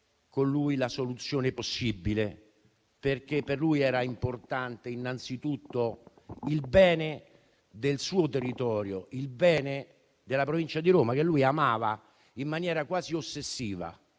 possibile soluzione, perché per lui era importante innanzitutto il bene del suo territorio, la provincia di Roma, che lui amava in maniera quasi ossessiva.